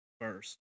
first